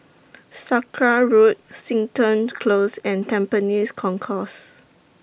Sakra Road Seton Close and Tampines Concourse